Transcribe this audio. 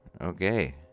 Okay